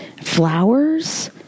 Flowers